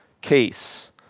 case